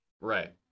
right